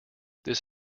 this